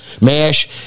Mash